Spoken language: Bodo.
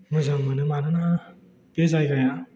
मोजां मोनो मानोना बे जायगाया